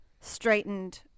straightened